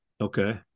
Okay